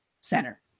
center